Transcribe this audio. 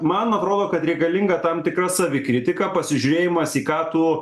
man atrodo kad reikalinga tam tikra savikritika pasižiūrėjimas į ką tu